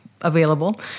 available